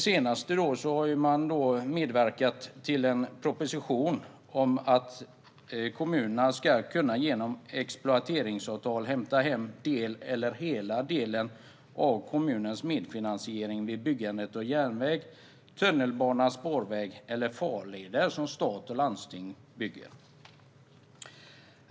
Senast har man medverkat till en proposition om att kommunerna genom exploateringsavtal ska kunna hämta hem en del av eller hela delen av kommunens medfinansiering vid byggande av järnväg, tunnelbana, spårväg eller farleder som stat och landsting bygger.